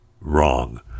wrong